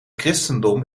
christendom